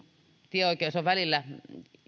tieoikeus olisi välillä